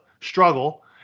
struggle